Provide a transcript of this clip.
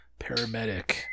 paramedic